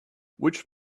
which